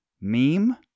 meme